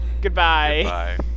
Goodbye